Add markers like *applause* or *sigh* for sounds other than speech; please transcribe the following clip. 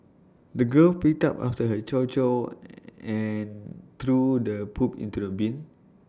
the girl picked up after her chow chow *hesitation* and threw the poop into the bin